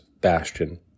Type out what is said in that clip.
bastion